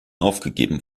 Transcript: aufgegeben